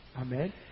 Amen